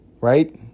Right